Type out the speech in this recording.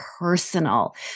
personal